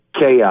chaos